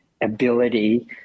ability